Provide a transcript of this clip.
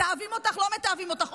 מתעבים אותך, לא מתעבים אותך.